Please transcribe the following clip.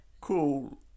Cool